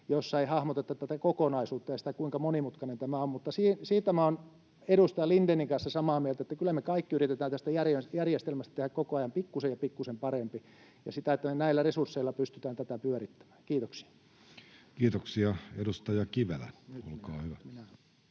joissa ei hahmoteta tätä kokonaisuutta ja sitä, kuinka monimutkainen tämä on. Mutta siitä olen edustaja Lindénin kanssa samaa mieltä, että kyllä me kaikki yritetään tästä järjestelmästä tehdä koko ajan pikkusen ja pikkusen parempi, siten, että me näillä resursseilla pystytään tätä pyörittämään. — Kiitoksia. Kiitoksia. — Edustaja Kivelä, olkaa hyvä.